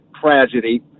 tragedy